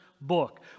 book